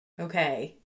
Okay